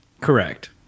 correct